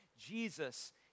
Jesus